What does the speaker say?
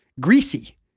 greasy